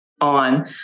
on